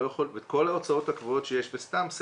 וכל ההוצאות הקבועות שיש סתם,